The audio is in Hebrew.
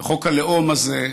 וחוק הלאום הזה,